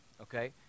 okay